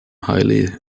highly